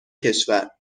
کشور